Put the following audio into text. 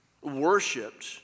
worshipped